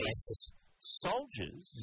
soldiers